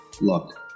Look